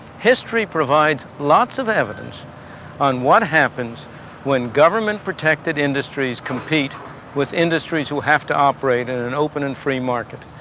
history provides lots of evidence on what happens when government-protected industries compete with industries who have to operate in an open and free market.